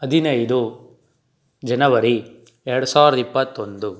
ಹದಿನೈದು ಜನವರಿ ಎರಡು ಸಾವಿರದ ಇಪ್ಪತ್ತೊಂದು